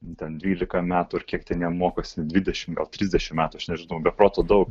ten dvylika metų ar kiek ten jie mokosi dvidešimt gal trisdešimt metų aš nežinau be proto daug